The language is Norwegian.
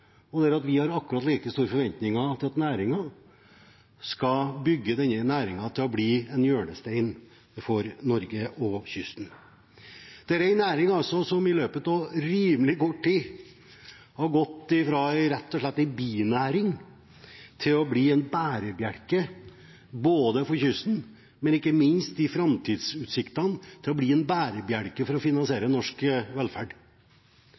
og forventninger til at man skal bygge denne næringen til å bli en hjørnestein i Norge og for kysten. Det er en næring som i løpet av rimelig kort tid rett og slett har gått fra å være en binæring til å bli en bærebjelke for kysten, men som også har framtidsutsikter til å bli en bærebjelke for å finansiere norsk velferd.